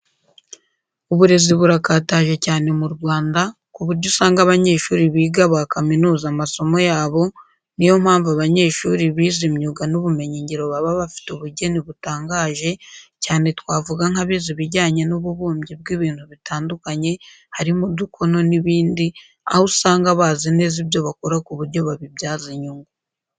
Uburezi burakataje cyane mu Rwanda ku buryo usanga abanyeshuri biga bakaminuza amasomo yabo, niyompamvu abanyeshuri bize imyuga n'ubumenyingiro baba bafite ubugeni butangaje cyane twavuga nk'abize ibijyanye n'ububumbyi bw'ibintu bitandukanye harimo udukono n'ibindi aho usanga bazi neza ibyo bakora ku buryo babibyaza inyungu.